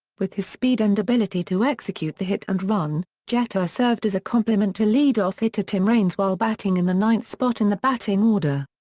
with his speed and ability to execute the hit and run, jeter served as a complement to leadoff hitter tim raines while batting in the ninth spot in the batting order.